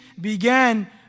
began